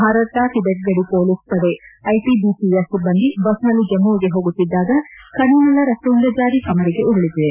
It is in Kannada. ಭಾರತ ಟಿಬೆಟ್ ಗಡಿ ಪೊಲೀಸ್ ಪಡೆ ಐಟಬಿಪಿ ಸಿಬ್ಲಂದಿ ಬಸ್ನಲ್ಲಿ ಜಮ್ನುವಿಗೆ ಹೋಗುತ್ತಿದ್ದಾಗ ಖುನಿನಲ್ಲಾ ರಸ್ತೆಯಿಂದ ಜಾರಿ ಕಮರಿಗೆ ಉರುಳಿದೆ